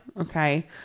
Okay